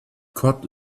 cod